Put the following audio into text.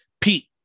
Pete